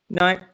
No